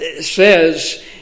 Says